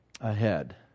ahead